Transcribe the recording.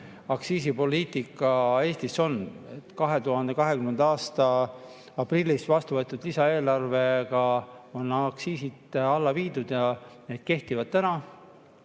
aktsiisipoliitika Eestis on. 2020. aasta aprillis vastu võetud lisaeelarvega on aktsiisid alla viidud ja need kehtivad.